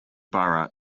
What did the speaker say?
borough